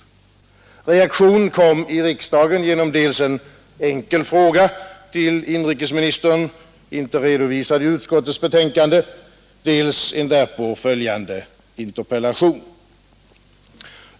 Reaktion kom i riksdagen dels genom en enkel fråga till inrikesministern — inte redovisad i utskottets betänkande — dels genom en därpå följande interpellation.